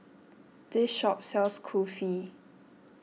this shop sells Kulfi